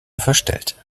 verstellt